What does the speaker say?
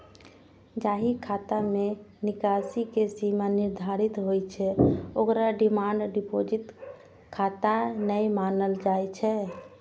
जाहि खाता मे निकासी के सीमा निर्धारित होइ छै, ओकरा डिमांड डिपोजिट खाता नै मानल जाइ छै